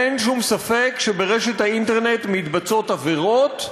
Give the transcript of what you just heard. אין שום ספק שברשת האינטרנט מתבצעות עבירות,